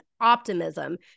optimism